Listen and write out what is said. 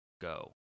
go